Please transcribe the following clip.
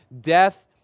death